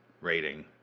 rating